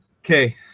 Okay